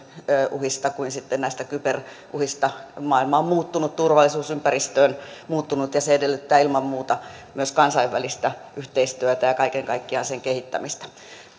uhista kuin sitten kyberuhista maailma on muuttunut turvallisuusympäristö on muuttunut ja se edellyttää ilman muuta myös kansainvälistä yhteistyötä ja kaiken kaikkiaan sen kehittämistä